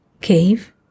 cave